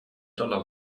dollar